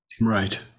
right